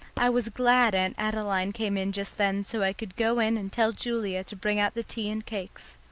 i was glad aunt adeline came in just then so i could go in and tell julia to bring out the tea and cakes.